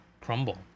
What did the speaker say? crumble